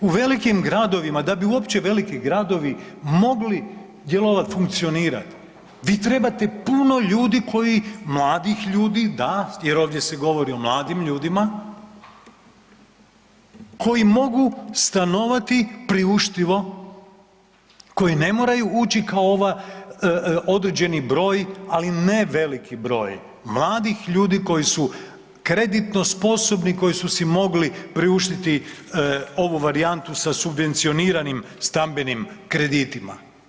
U velikim gradovima da bi uopće veliki gradovi mogli djelovati, funkcionirati vi trebate puno ljudi koji mladih ljudi da, jer ovdje se govori o mladim ljudima koji mogu stanovati priuštivo koji ne moraju ući kao ova određeni broj, ali ne veliki broj mladih ljudi koji su kreditno sposobni koji su si mogli priuštiti ovu varijantu sa subvencioniranim stambenim kreditima.